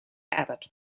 abbott